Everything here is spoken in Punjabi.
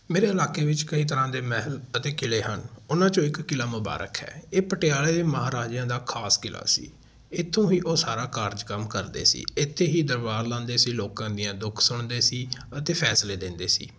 ਮੇਰੇ ਇਲਾਕੇ ਵਿੱਚ ਕਈ ਤਰ੍ਹਾਂ ਦੇ ਮਹਿਲ ਅਤੇ ਕਿਲ੍ਹੇ ਹਨ ਉਹਨਾਂ 'ਚੋਂ ਇੱਕ ਕਿਲ੍ਹਾ ਮੁਬਾਰਕ ਹੈ ਇਹ ਪਟਿਆਲੇ ਮਹਾਰਾਜਿਆਂ ਦਾ ਖਾਸ ਕਿਲ੍ਹਾ ਸੀ ਇੱਥੋਂ ਹੀ ਉਹ ਸਾਰਾ ਕਾਰਜ ਕੰਮ ਕਰਦੇ ਸੀ ਇੱਥੇ ਹੀ ਦਰਬਾਰ ਲਾਉਂਦੇ ਸੀ ਲੋਕਾਂ ਦੀਆਂ ਦੁੱਖ ਸੁਣਦੇ ਸੀ ਅਤੇ ਫੈਸਲੇ ਲੈਂਦੇ ਸੀ